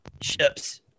ships